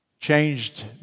changed